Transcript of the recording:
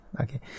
okay